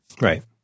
Right